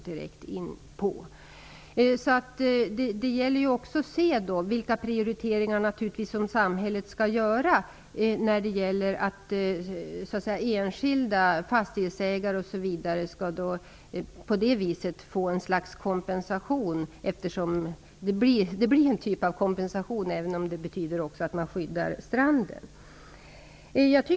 Det gäller ju att se vilka prioriteringar som samhället skall göra när enskilda fastighetsägare osv. på det här viset skall få ett slags kompensation. Det blir ju en typ av kompensation, även om det också betyder att stranden skyddas.